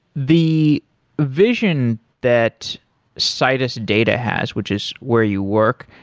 the vision that citus data has, which is where you work,